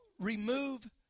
remove